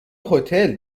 هتل